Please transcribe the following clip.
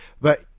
but-